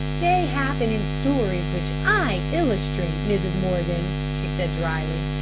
they happen in stories which i illustrate, mrs. morgan, she said dryly.